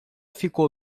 ficou